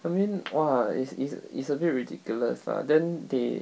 I mean !wah! it's it's it's a bit ridiculous lah then they